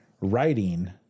writing